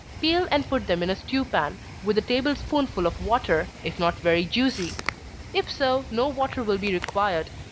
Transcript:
peel and put them in a stew pan, with a table spoonful of water, if not very juicy if so, no water will be required.